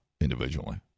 individually